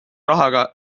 rahaga